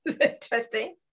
interesting